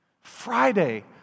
Friday